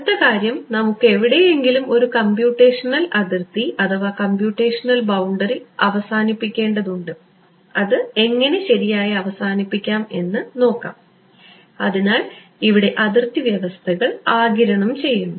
അടുത്ത കാര്യം നമുക്ക് എവിടെയെങ്കിലും ഒരു കമ്പ്യൂട്ടേഷണൽ അതിർത്തി അവസാനിപ്പിക്കേണ്ടതുണ്ട് അത് എങ്ങനെ ശരിയായി അവസാനിപ്പിക്കാം എന്ന് നോക്കാം അതിനാൽ ഇവിടെ അതിർത്തി വ്യവസ്ഥകൾ ആഗിരണം ചെയ്യുന്നു